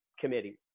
Committee